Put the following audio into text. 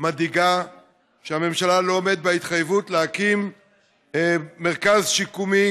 מדאיגה שהממשלה לא עומדת בהתחייבות להקים מרכז שיקומי